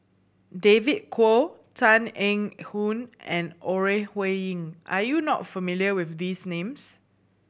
David Kwo Tan Eng Hoon and Ore Huiying are you not familiar with these names